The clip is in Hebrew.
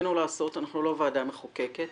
שביכולתנו לעשות - אנחנו לא ועדה מחוקקת